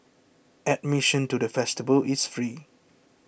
admission to the festival is free